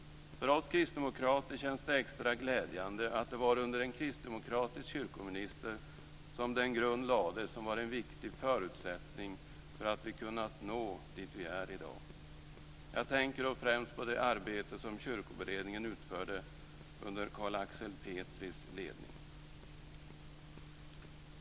För oss kristdemokrater känns det extra glädjande att det var under en kristdemokratisk kyrkominister som den grund lades som var en viktig förutsättning för att vi har kunnat nå dit där vi är i dag. Jag tänker då främst på det arbete som Kyrkoberedningen utförde under Carl Axel Petris ledning.